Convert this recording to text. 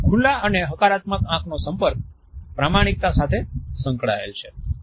ખુલ્લા અને હકારાત્મક આંખનો સંપર્ક પ્રામાણિકતા સાથે સંકળાયેલ છે